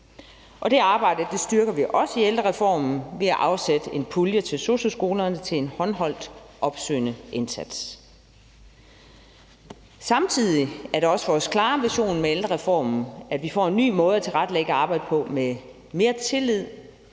arbejde styrker vi også i ældrereformen ved at afsætte en pulje til sosu-skolerne til en håndholdt opsøgende indsats. Samtidig er det også vores klare ambition med ældrereformen, at vi får ny måde at tilrettelægge arbejdet på med mere tillid,